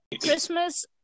Christmas